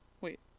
Wait